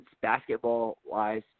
basketball-wise